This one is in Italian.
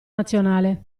nazionale